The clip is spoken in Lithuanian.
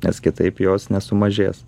nes kitaip jos nesumažės